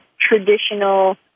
traditional